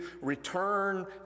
return